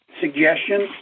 suggestions